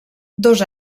dos